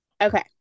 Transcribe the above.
Okay